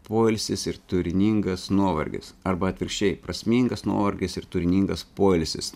poilsis ir turiningas nuovargis arba atvirkščiai prasmingas nuovargis turiningas poilsis